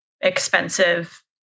expensive